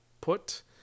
put